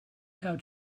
how